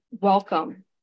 Welcome